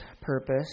purpose